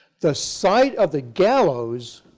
the site of the gallows,